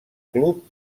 club